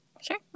Sure